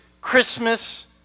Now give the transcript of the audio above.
Christmas